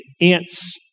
ants